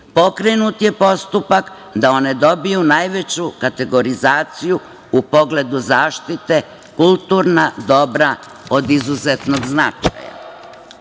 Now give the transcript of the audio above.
pokrenut je postupak da one dobiju najveću kategorizaciju u pogledu zaštite kulturna dobra od izuzetnog